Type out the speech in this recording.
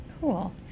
Cool